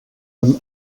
amb